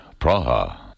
Praha